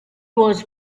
was